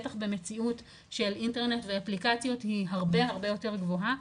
בטח במציאות של אינטרנט ואפליקציות היא הרבה יותר גבוהה,